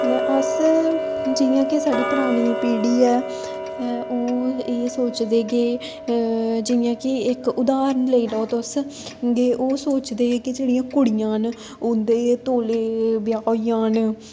अस जियां के साढ़ी परानी पीढ़ी ऐ ओह् एह् सोचदे के जियां के इक उदाहरण लेई लैओ तुस के ओह् सोचदे के जेह्ड़ियां कुड़ियां न उं'दे तौले ब्याह् होई जान